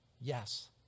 yes